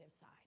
side